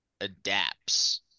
adapts